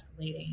escalating